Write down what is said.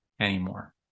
anymore